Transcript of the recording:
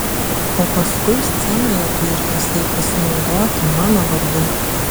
o paskui scenoje tu išdrįsai pasinaudoti mano vardu